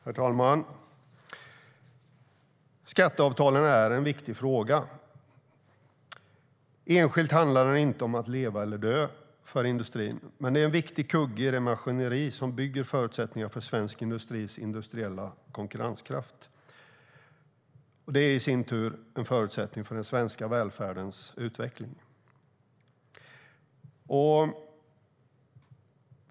Herr talman! Skatteavtalen är en viktig fråga. Enskilt handlar de inte om att leva eller dö för industrin, men de utgör en viktig kugge i det maskineri som bygger förutsättningar för svensk industris industriella konkurrenskraft. Det är i sin tur en förutsättning för den svenska välfärdens utveckling.